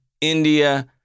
India